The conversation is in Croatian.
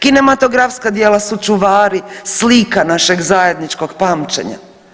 Kinematografska djela su čuvari slika našeg zajedničkog pamćenja.